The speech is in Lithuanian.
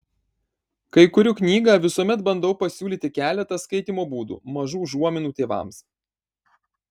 kai kuriu knygą visuomet bandau pasiūlyti keletą skaitymo būdų mažų užuominų tėvams